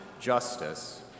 justice